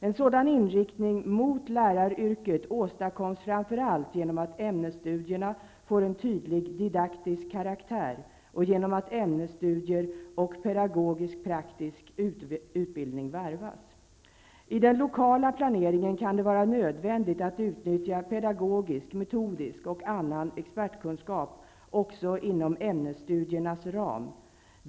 En sådan inriktning mot läraryrket åstadkoms framför allt genom att ämnesstudierna får en tydlig didaktisk karaktär och genom att ämnesstudier och praktisk-pedagogisk utbildning varvas. I den lokala planeringen kan det vara nödvändigt att utnyttja pedagogisk, metodisk och annan expertkunskap också inom ämnesstudiernas ram.